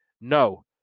no